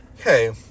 Okay